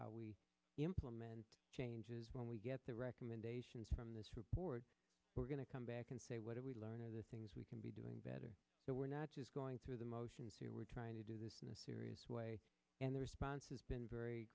how we implement changes when we get the recommendations from this report we're going to come back and say what have we learned the things we can be doing better that we're not just going through the motions to we're trying to do this in a serious way and the response has been very